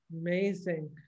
Amazing